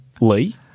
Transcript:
Lee